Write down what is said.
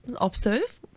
observe